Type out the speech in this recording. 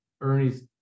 Ernie's